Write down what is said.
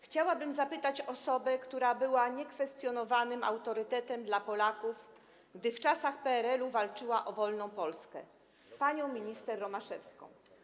Chciałabym zapytać osobę, która była niekwestionowanym autorytetem dla Polaków, gdy w czasach PRL-u walczyła o wolną Polskę, panią minister Romaszewską.